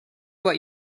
what